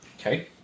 Okay